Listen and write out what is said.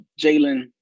Jalen